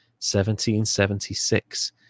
1776